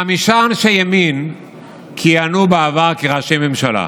חמישה אנשי ימין כיהנו בעבר כראשי ממשלה.